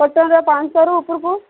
ପଚାଶ ପାଞ୍ଚଶହର ଉପରକୁ